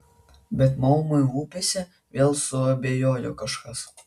bet maumai upėse vėl suabejojo kažkas